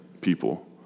people